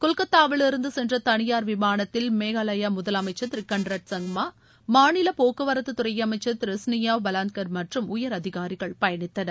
கொல்கத்தாவிலிருந்து சென்ற தனியார் விமானத்தில் மேகாலயா முதலமைச்சர் திரு கன்ராட் சங்மா மாநில போக்குவரத்துத்துறை அமைச்சர் திரு ஸ்னியாவ் பலாங்தர் மற்றும் உயர் அதிகாரிகள் பயணித்தனர்